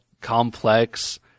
complex